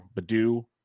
Badu